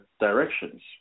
directions